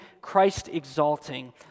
Christ-exalting